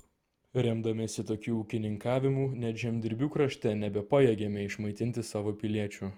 remdamiesi tokiu ūkininkavimu net žemdirbių krašte nebepajėgėme išmaitinti savo piliečių